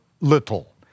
little